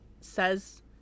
says